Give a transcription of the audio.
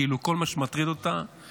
כאילו כל מה שמטריד אותה הוא